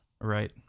right